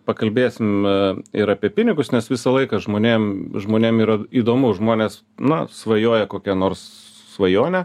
pakalbėsim ir apie pinigus nes visą laiką žmonėm žmonėm yra įdomu žmonės na svajoja kokią nors svajonę